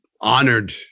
honored